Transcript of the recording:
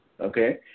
Okay